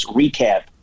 recap